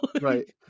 Right